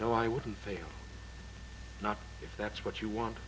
know i wouldn't feel not if that's what you want